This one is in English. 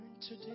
today